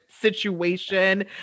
situation